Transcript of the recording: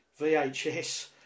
VHS